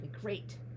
great